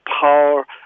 power